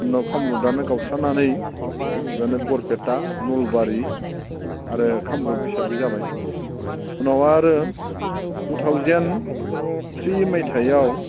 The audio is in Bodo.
उनाव कामरुपआनो गावस्रानानै बरपेटा नलबारि आरो कामरुप हिसाबै जाबाय उनाव आरो थु थाउजेन थ्रि मायथाइआव